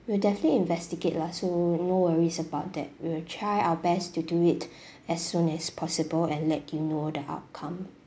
we'll definitely investigate lah so no worries about that we will try our best to do it as soon as possible and let you know the outcome